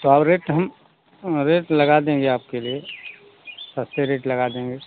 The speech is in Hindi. पाव रेट हम रेट लगा देंगे आपके लिए सस्ते रेट लगा देंगे